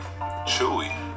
Chewy